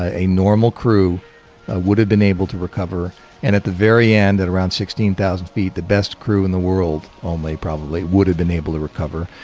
a normal crew would have been able to recover and at the very end, at around sixteen thousand feet the best crew in the world only probably would have been able to recover,